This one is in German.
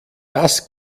das